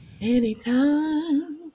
Anytime